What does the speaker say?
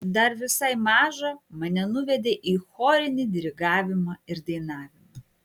dar visai mažą mane nuvedė į chorinį dirigavimą ir dainavimą